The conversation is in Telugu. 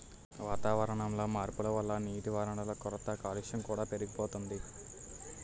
వాతావరణంలో మార్పుల వల్ల నీటివనరుల కొరత, కాలుష్యం కూడా పెరిగిపోతోంది